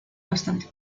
bastante